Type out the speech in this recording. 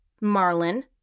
Marlin